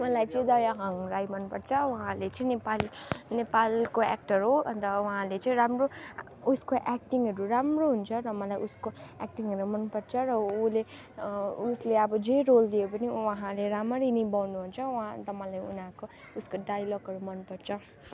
मलाई चाहिँ दयाहाङ राई मनपर्छ उहाँले चाहिँ नेपाली नेपालको एक्टर हो अन्त उहाँले चाहिँ राम्रो उसको एक्टिङहरू राम्रो हुन्छ र मलाई उसको एक्टिङहरू मनपर्छ र उसले उसले अब जे रोल दिए पनि उहाँले राम्ररी निभाउनु हुन्छ उहाँ अन्त मलाई उनीहरूको उसको डायलगहरू मनपर्छ